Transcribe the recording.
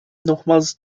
nochmals